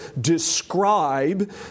describe